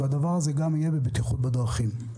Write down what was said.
הדבר הזה יהיה גם בבטיחות בדרכים,